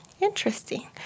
interesting